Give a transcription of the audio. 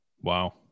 Wow